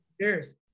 Cheers